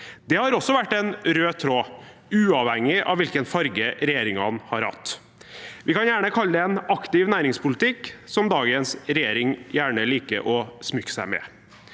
Det har også vært en rød tråd, uavhengig av hvilken farge regjeringene har hatt. Vi kan gjerne kalle det en aktiv næringspolitikk, som dagens regjering gjerne liker å smykke seg med.